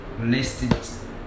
listed